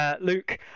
Luke